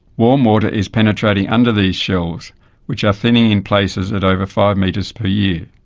warm water is penetrating under these shelves which are thinning in places at over five metres per year.